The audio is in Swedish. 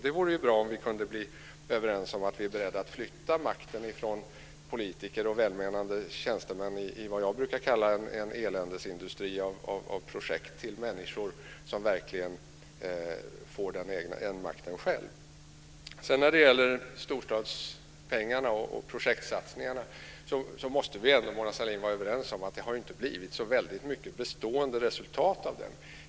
Det vore bra om vi kunde komma överens om att vi är beredda att flytta makten från politiker och välmenande tjänstemän i vad jag brukar kalla en eländesindustri av projekt till människorna själva. När det gäller storstadspengarna och projektsatsningarna måste vi ändå vara överens om att det inte har blivit något bestående resultat, Mona Sahlin.